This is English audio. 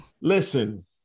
Listen